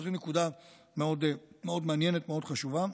זו נקודה מאוד מעניינת, מאוד חשובה.